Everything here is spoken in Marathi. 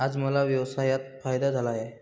आज मला व्यवसायात फायदा झाला आहे